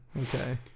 Okay